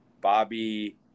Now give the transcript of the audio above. Bobby